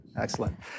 excellent